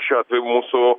šiuo atveju mūsų